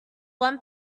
one